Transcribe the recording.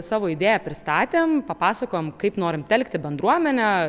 savo idėją pristatėm papasakojom kaip norim telkti bendruomenę